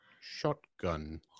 shotgun